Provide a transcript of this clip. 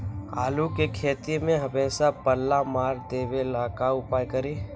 आलू के खेती में हमेसा पल्ला मार देवे ला का उपाय करी?